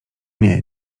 nie